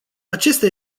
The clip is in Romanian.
acesta